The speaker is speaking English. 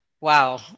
Wow